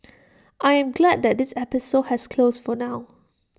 I am glad that this episode has closed for now